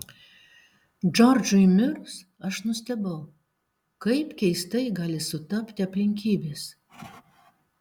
džordžui mirus aš nustebau kaip keistai gali sutapti aplinkybės